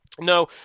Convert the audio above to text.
No